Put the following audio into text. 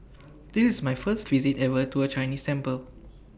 this is my first visit ever to A Chinese sample